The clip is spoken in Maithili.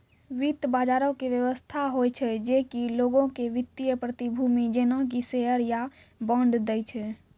वित्त बजारो के व्यवस्था होय छै जे कि लोगो के वित्तीय प्रतिभूति जेना कि शेयर या बांड दै छै